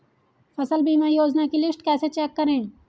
फसल बीमा योजना की लिस्ट कैसे चेक करें?